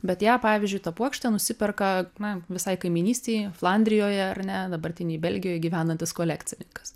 bet ją pavyzdžiui tą puokštę nusiperka na visai kaimynystėj flandrijoje ar ne dabartinėj belgijoj gyvenantis kolekcininkas